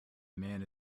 man